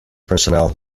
personnel